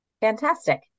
Fantastic